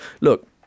look